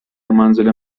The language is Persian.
منزل